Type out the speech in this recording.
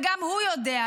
וגם הוא יודע,